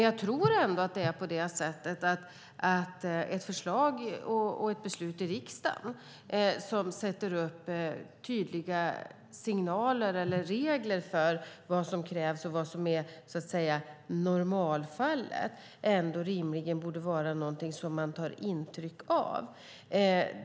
Jag tror att ett förslag och ett beslut i riksdagen som ger tydliga signaler eller sätter upp regler för vad som krävs och vad som är normalfallet ändå rimligen borde vara någonting som man tar intryck av.